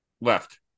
left